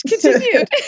continued